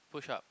push up